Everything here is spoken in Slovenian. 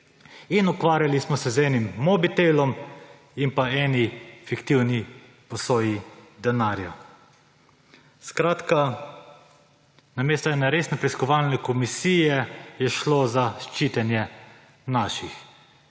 In ukvarjali smo se z enim mobitelom in eno fiktivno posojo denarja. Skratka, namesto ene resne preiskovalne komisije je šlo za ščitenje »naših«.